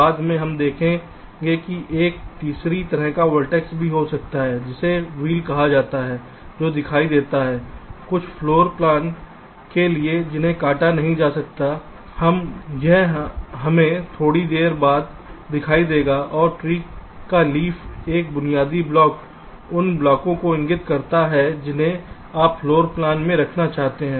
बाद में हम देखेंगे कि एक तीसरी तरह का वर्टेक्स भी हो सकता है जिसे व्हील कहा जाता है जो दिखाई देता है कुछ फ्लोर प्लान के लिए जिन्हें कटा नहीं जा सकता है यह हमें थोड़ी देर बाद दिखाई देगा और ट्री का लीफ एक बुनियादी ब्लॉक उन ब्लॉकों को इंगित करता है जिन्हें आप फ्लोर प्लान में रखना चाहते हैं